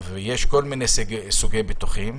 יש כל מיני סוגי רפואי.